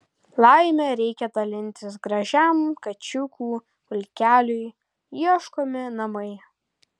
laime reikia dalintis gražiam kačiukų pulkeliui ieškomi namai